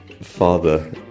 father